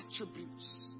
attributes